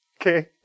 okay